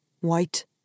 White